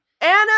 Anna